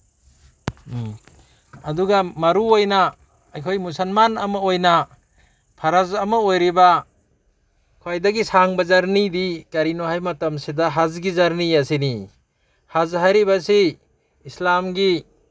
ꯑꯗꯨꯒ ꯃꯔꯨꯑꯣꯏꯅ ꯑꯩꯈꯣꯏ ꯃꯨꯜꯁꯜꯃꯥꯟ ꯑꯃ ꯑꯣꯏꯅ ꯐꯔꯁ ꯑꯃ ꯑꯣꯏꯔꯤꯕ ꯈ꯭ꯋꯥꯏꯗꯒꯤ ꯁꯥꯡꯕ ꯖꯔꯅꯤꯗꯤ ꯀꯔꯤꯅꯣ ꯍꯥꯏꯕ ꯃꯇꯝꯁꯤꯗ ꯍꯁꯀꯤ ꯖꯔꯅꯤ ꯑꯁꯤꯅꯤ ꯍꯁ ꯍꯥꯏꯔꯤꯕꯁꯤ ꯏꯁꯂꯥꯝꯒꯤ